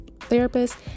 therapist